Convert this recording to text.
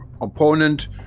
Opponent